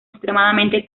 extremadamente